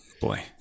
boy